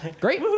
Great